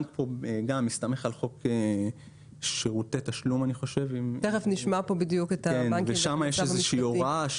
שהבנק מסתמך על חוק שירותי תשלום ושם יש איזושהי הוראה,